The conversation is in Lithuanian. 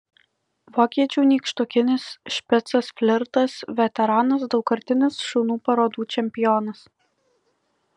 vokiečių nykštukinis špicas flirtas veteranas daugkartinis šunų parodų čempionas